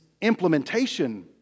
implementation